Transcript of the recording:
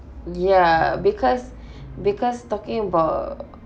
ya because because talking about